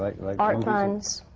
like like art funds,